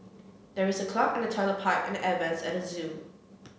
there is a clog in the toilet pipe and the air vents at the zoo